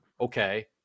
Okay